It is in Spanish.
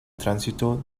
tránsito